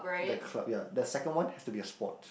the club ya the second one has to be a sport